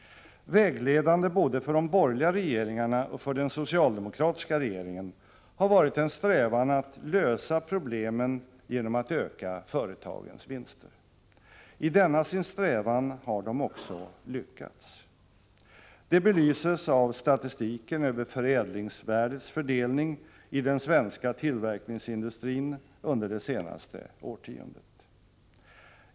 Vägledande både för de borgerliga regeringarna och för den socialdemokratiska regeringen har varit en strävan att lösa problemen genom att öka företagens vinster. I denna sin strävan har de också lyckats. Det belyses av statistiken över förädlingsvärdets fördelning i den svenska tillverkningsindustrin under det senaste årtiondet.